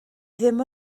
ddim